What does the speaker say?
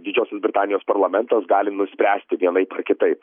didžiosios britanijos parlamentas gali nuspręsti vienaip ar kitaip